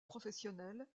professionnelles